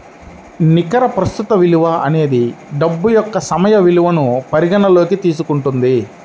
నికర ప్రస్తుత విలువ అనేది డబ్బు యొక్క సమయ విలువను పరిగణనలోకి తీసుకుంటుంది